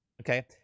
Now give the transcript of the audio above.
Okay